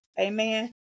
Amen